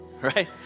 Right